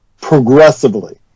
progressively